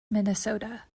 minnesota